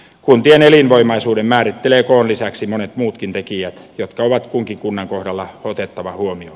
kuntien elinvoimaisuuden määrittelevät koon lisäksi monet muutkin tekijät jotka on kunkin kunnan kohdalla otettava huomioon